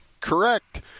correct